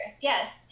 yes